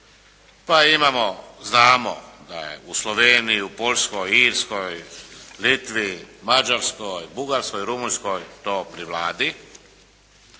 Pa imamo, znamo da je u Sloveniji, u Poljskoj, Irskoj, Litvi, Mađarskoj, Bugarskoj, Rumunjskoj to pri Vladi.